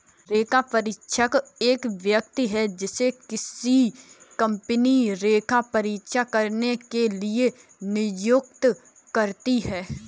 लेखापरीक्षक एक व्यक्ति है जिसे किसी कंपनी लेखा परीक्षा करने के लिए नियुक्त करती है